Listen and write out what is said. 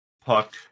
Puck